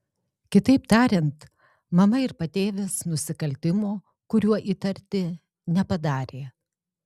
kitaip tariant mama ir patėvis nusikaltimo kuriuo įtarti nepadarė